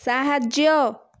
ସାହାଯ୍ୟ